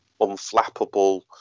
unflappable